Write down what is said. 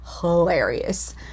hilarious